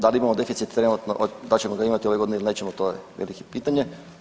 Da li imamo deficit trenutno, dal ćemo ga imati ove godine ili nećemo to je veliko pitanje?